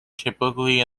typically